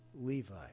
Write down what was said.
Levi